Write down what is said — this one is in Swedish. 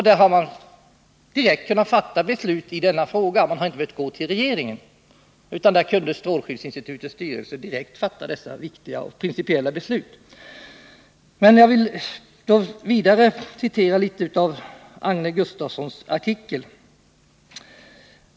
Man har direkt kunnat fatta beslut i denna fråga. Man har inte behövt gå till regeringen, utan strålskyddsinstitutets styrelse har direkt kunnat fatta dessa viktiga och principiella beslut. Jag vill citera vidare ur Agne Gustafssons artikel.